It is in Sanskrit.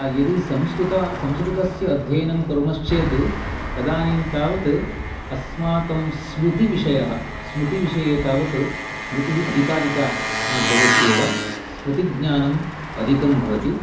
यदि संस्कृत संस्कृतस्य अध्ययनं कुर्मश्चेत् तदानीं तावत् अस्माकं स्मृतिविषयः स्मृतिविषये तावत् स्मृणतिः अधिकाधिकाः भवत्येव स्मृतिज्ञानम् अधिकं भवति